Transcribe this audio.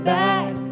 back